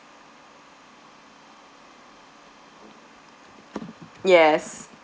yes